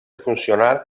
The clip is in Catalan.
funcionar